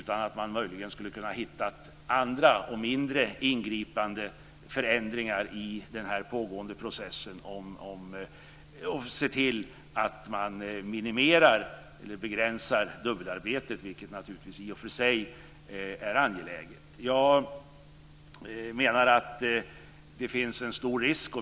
Man skulle möjligen kunna hitta andra och mindre ingripande förändringar i den här pågående processen och se till att man minimerar eller begränsar dubbelarbetet, vilket naturligtvis i och för sig är angeläget. Jag menar att det finns en stor risk.